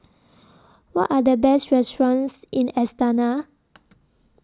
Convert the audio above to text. What Are The Best restaurants in Astana